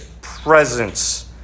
presence